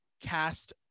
cast